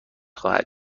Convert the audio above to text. خواهد